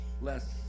less